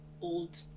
old